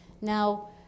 now